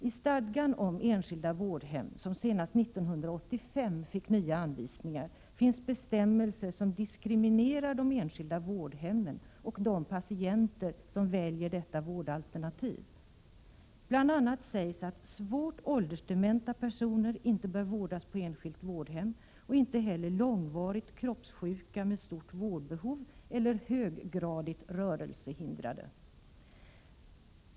I stadgan om enskilda vårdhem, som senast 1985 fick nya anvisningar, finns bestämmelser som diskriminerar de enskilda vårdhemmen och de patienter som föredrar detta vårdalternativ. Bl. a. sägs att svårt åldersdementa personer inte bör vårdas på enskilt vårdhem, och inte heller långvarigt kroppssjuka med stort vårdbehov eller höggradigt rörelsehindrade.